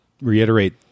reiterate